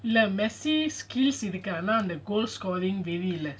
இல்ல:illa messi skills இருக்குஆனாஅந்த:iruku ana indha goals வெறிஇல்ல:veri illa